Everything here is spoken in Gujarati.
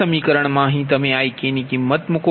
આ સમીકરણ માં અહીં તમે Ikની કિમત મૂકો